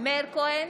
מאיר כהן,